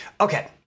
Okay